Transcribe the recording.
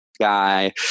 guy